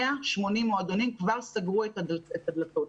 180 מועדונים כבר סגרו את הדלתות.